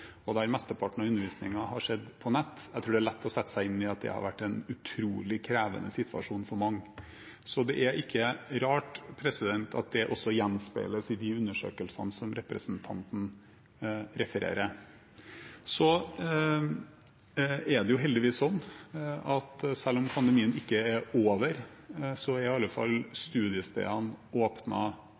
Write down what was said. og mesteparten av undervisningen har skjedd på nett. Jeg tror det er lett å sette seg inn i at det har vært en utrolig krevende situasjon for mange. Så det er ikke rart at det også gjenspeiles i de undersøkelsene som representanten refererer til. Så er det heldigvis sånn at selv om pandemien ikke er over, er i alle fall studiestedene